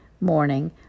morning